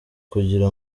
kugira